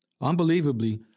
Unbelievably